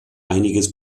einiges